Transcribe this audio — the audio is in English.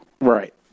Right